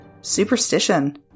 superstition